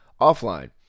offline